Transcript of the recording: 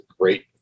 great